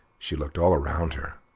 she looked all round her,